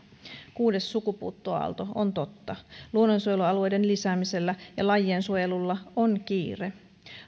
kuudes sukupuuttoaalto on totta luonnonsuojelualueiden lisäämisellä ja lajien suojelulla on kiire